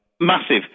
Massive